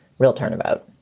real turnabout